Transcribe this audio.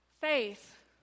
faith